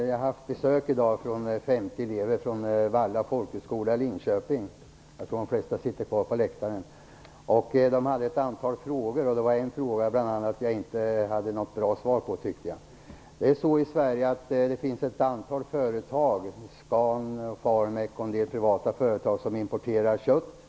Fru talman! Jag har i dag haft besök av 50 elever från Valla folkhögskola i Linköping - jag tror att de flesta av dem sitter kvar på läktaren. De hade ett antal frågor till mig, och det var en fråga som jag inte hade något bra svar på. I Sverige finns det ett antal företag - Scan, Farmek och en del privata företag - som importerar kött.